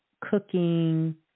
cooking